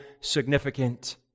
significant